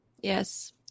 Yes